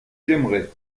j’aimerais